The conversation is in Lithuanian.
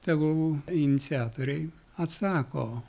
tegul iniciatoriai atsako